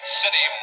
city